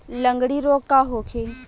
लगंड़ी रोग का होखे?